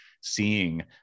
seeing